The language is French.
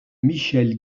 michel